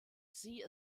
sie